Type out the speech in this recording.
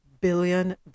billion